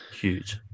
Huge